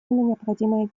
необходимая